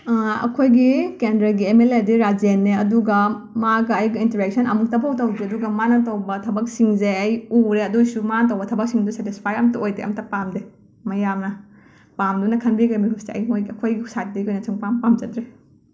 ꯑꯩꯈꯣꯏꯒꯤ ꯀꯦꯟꯗ꯭ꯔꯒꯤ ꯑꯦꯃꯦꯂꯦꯗꯤ ꯔꯥꯖꯦꯟꯅꯦ ꯑꯗꯨꯒ ꯃꯥꯒ ꯑꯩꯒ ꯏꯟꯇꯔꯦꯛꯁꯟ ꯑꯃꯨꯛꯇꯐꯥꯎ ꯇꯧꯗ꯭ꯔꯤ ꯑꯗꯨꯒ ꯃꯥꯅ ꯇꯧꯕ ꯊꯕꯛꯁꯤꯡꯁꯦ ꯑꯩ ꯎꯔꯦ ꯑꯗꯨ ꯑꯣꯏꯔꯁꯨ ꯃꯥꯅ ꯇꯧꯕ ꯊꯕꯛꯁꯤꯡꯁꯦ ꯁꯦꯇꯤꯁꯐꯥꯏ ꯑꯃꯠꯇ ꯑꯣꯏꯗꯦ ꯑꯃꯠꯇ ꯄꯥꯝꯗꯦ ꯃꯌꯥꯝꯅ ꯄꯥꯝꯗꯨꯅ ꯈꯟꯕꯤꯈꯤ ꯑꯩꯈꯣꯏꯒꯤ ꯑꯩꯈꯣꯏ ꯁꯥꯏꯠꯇꯒꯤ ꯑꯣꯏꯅ ꯁꯨꯡꯄꯥꯝ ꯄꯥꯝꯖꯗ꯭ꯔꯦ